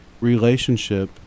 relationship